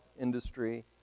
industry